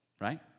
right